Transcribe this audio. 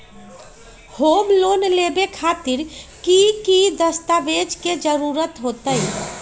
Home loan लेबे खातिर की की दस्तावेज के जरूरत होतई?